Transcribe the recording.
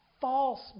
false